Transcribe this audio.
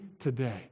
today